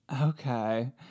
Okay